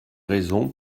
raisons